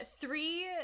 Three